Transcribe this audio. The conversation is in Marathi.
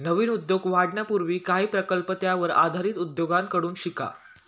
नवीन उद्योग वाढवण्यापूर्वी काही प्रकल्प त्यावर आधारित उद्योगांकडून शिका